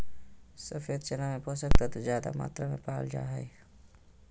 सफ़ेद चना में पोषक तत्व ज्यादे मात्रा में पाल जा हइ